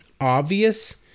obvious